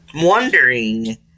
wondering